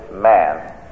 man